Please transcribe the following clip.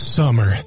summer